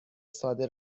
ساده